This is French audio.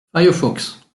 firefox